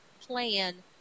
plan